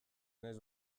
naiz